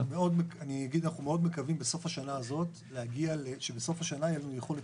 אנחנו מאוד מקווים שבסוף השנה הזאת יהיה לנו יכולת